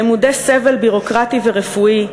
למודי סבל ביורוקרטי ורפואי,